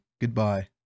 goodbye